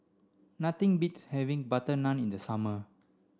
nothing beats having butter naan in the summer